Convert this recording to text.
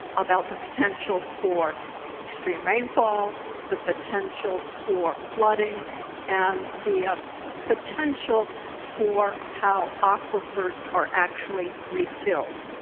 about the potential for extreme rainfall the potential for flooding and the potential for how aquifers are actually refilled.